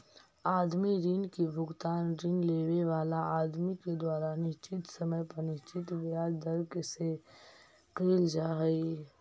आदमी ऋण के भुगतान ऋण लेवे वाला आदमी के द्वारा निश्चित समय पर निश्चित ब्याज दर से कईल जा हई